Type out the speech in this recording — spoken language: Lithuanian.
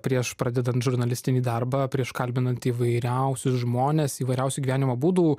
prieš pradedant žurnalistinį darbą prieš kalbinant įvairiausius žmones įvairiausių gyvenimo būdų